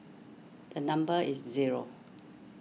the number is zero